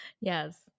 Yes